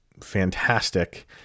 fantastic